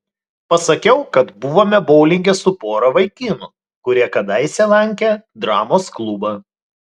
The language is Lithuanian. pasakiau kad buvome boulinge su pora vaikinų kurie kadaise lankė dramos klubą